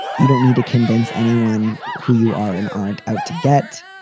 you don't need to convince anyone who you are and aren't out to get.